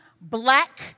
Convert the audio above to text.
black